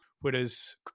Whereas